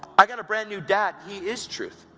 i've got a brand-new dad he is truth,